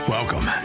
Welcome